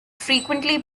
frequently